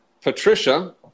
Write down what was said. Patricia